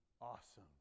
awesome